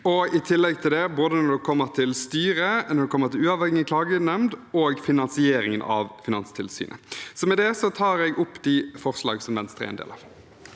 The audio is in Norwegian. i tillegg til det både når det gjelder styret, uavhengig klagenemnd og finansieringen av Finanstilsynet. Med det tar jeg opp de forslag som Venstre er med på.